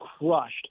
crushed